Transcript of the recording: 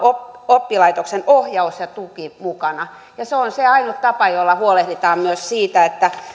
oppilaitoksen ohjaus ja tuki mukana se on se ainut tapa jolla huolehditaan myös siitä että